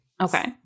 Okay